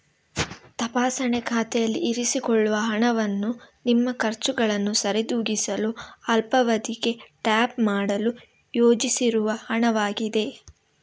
ತಪಾಸಣೆ ಖಾತೆಯಲ್ಲಿ ಇರಿಸಿಕೊಳ್ಳುವ ಹಣವು ನಿಮ್ಮ ಖರ್ಚುಗಳನ್ನು ಸರಿದೂಗಿಸಲು ಅಲ್ಪಾವಧಿಗೆ ಟ್ಯಾಪ್ ಮಾಡಲು ಯೋಜಿಸಿರುವ ಹಣವಾಗಿದೆ